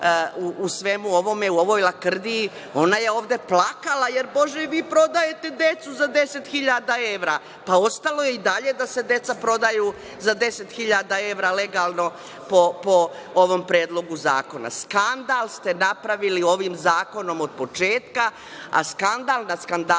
u svemu ovome, u ovoj lakrdiji, ona je ovde plakala, jer Bože, vi prodajete decu za 10 hiljada evra. Pa, ostalo je i dalje da se deca prodaju za 10 hiljada evra legalno po ovom predlogu zakona. Skandal ste napravili ovim zakonom od početka, a skandal nad skandalima